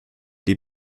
die